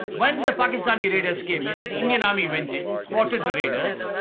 when the pakistani raiders came in, the indian army went in, thwarted the raiders,